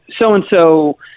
so-and-so